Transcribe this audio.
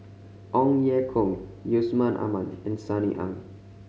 Ong Ye Kung Yusman Aman and Sunny Ang